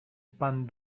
pan